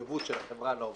מבחינת מחויבות החברה לעובדים,